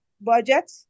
budget